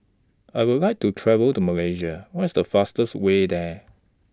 I Would like to travel to Malaysia What IS The fastest Way There